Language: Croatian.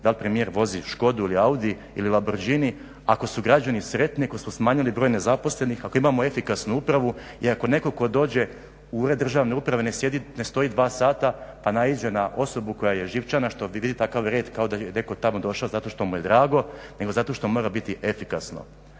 dal premijer vozi Škodu ili Audi ili Lamborghini, ako su građani sretni, ako smo smanjili broj nezaposlenih, ako imamo efikasnu upravu i ako netko tko dođe u Ured državne uprave ne stoji 2 sata pa naiđe na osobu koja je živčana što vidi takav red kao da je netko tamo došao zato što mu je drago, nego zato što mora biti efikasno.